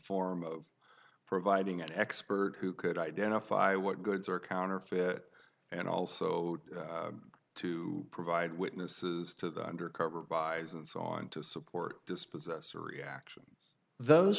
form of providing an expert who could identify what goods are counterfeit and also to provide witnesses to the undercover buys and so on to support dispossess or reaction those